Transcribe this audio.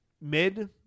mid